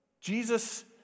Jesus